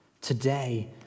today